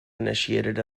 initiated